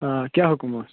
آ کیٛاہ حُکُم اوس